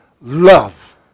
love